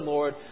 Lord